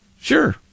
Sure